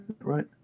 right